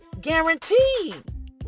guaranteed